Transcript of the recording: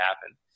happen